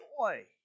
joy